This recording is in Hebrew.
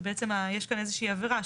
ובעצם יש כאן איזושהי עבירה.